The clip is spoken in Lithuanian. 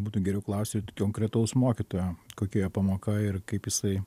būtų geriau klausti konkretaus mokytojo kokia jo pamoka ir kaip jisai